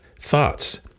thoughts